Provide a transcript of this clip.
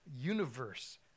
universe